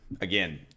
again